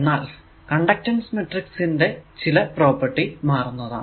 എന്നാൽ conductance matrix ന്റെ ചില പ്രോപ്പർട്ടി മാറുന്നതാണ്